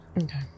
Okay